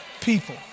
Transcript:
people